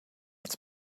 its